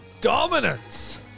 dominance